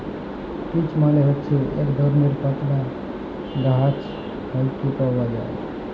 peach মালে হছে ইক ধরলের পাতলা গাহাচ থ্যাকে পাউয়া যায়